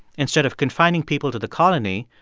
instead of confining people to the colony,